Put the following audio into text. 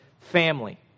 family